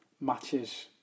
Matches